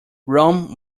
rome